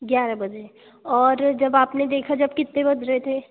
ग्यारह बजे और जब आपने देखा जब कितने बज रहे थे